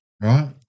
Right